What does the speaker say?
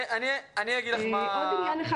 אני מודה,